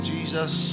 Jesus